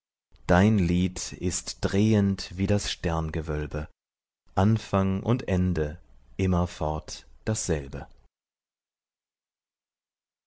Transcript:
dein lied ist drehend wie das sterngewölbe anfang und ende immerfort dasselbe